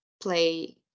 play